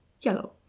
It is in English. yellow